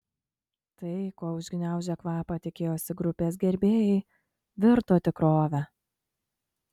tai ko užgniaužę kvapą tikėjosi grupės gerbėjai virto tikrove